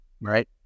right